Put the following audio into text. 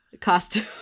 costume